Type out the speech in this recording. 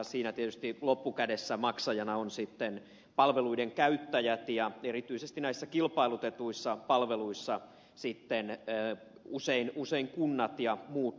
siinä tietysti loppukädessä maksajina ovat palveluiden käyttäjät ja erityisesti näissä kilpailutetuissa palveluissa usein kunnat ja muut toimijat